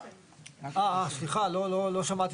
החלקים האלה הם חלקים לא רק על שינוי ייעוד,